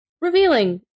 revealing